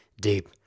deep